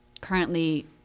currently